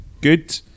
Good